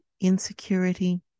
insecurity